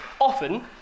often